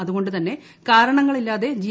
അതുകൊണ്ടുതന്നെ കാരണങ്ങളില്ലാതെ ജി